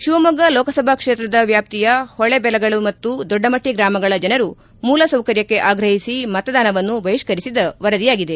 ಶಿವಮೊಗ್ಗ ಲೋಕಸಭಾ ಕ್ಷೇತ್ರದ ವ್ಯಾಪ್ತಿಯ ಹೊಳೆಬೆಳಗಲು ಮತ್ತು ದೊಡ್ಡಮಟ್ಟಿ ಗ್ರಾಮಗಳ ಜನರು ಮೂಲಸೌಕರ್ಯಕ್ಕೆ ಆಗ್ರಹಿಸಿ ಮತದಾನವನ್ನು ಬಹಿಷ್ಠರಿಸಿದ ವರದಿಯಾಗಿದೆ